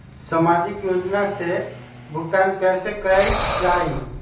सामाजिक योजना से भुगतान कैसे कयल जाई?